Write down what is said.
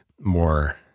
more